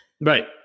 Right